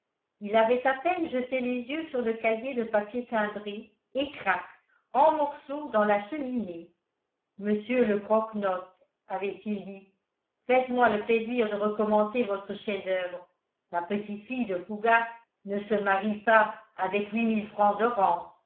il avait à peine jeté les yeux sur le cahier de papier timbré et crac en morceaux dans la cheminée mr le croquenotes avait-il dit faites-moi le plaisir de recommencer votre chef-d'oeuvre la petite-fille de fougas ne se marie pas avec huit mille francs